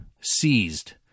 seized